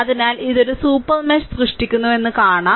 അതിനാൽ ഇത് ഒരു സൂപ്പർ മെഷ് സൃഷ്ടിക്കുന്നുവെന്ന് കാണും